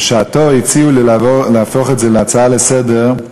בעבר הציעו לי להפוך את זה להצעה לסדר-היום,